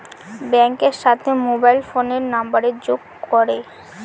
ব্যাঙ্কের সাথে মোবাইল ফোনের নাম্বারের যোগ করে